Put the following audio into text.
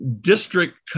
district